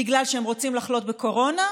בגלל שהם רוצים לחלות בקורונה?